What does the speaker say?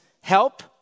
help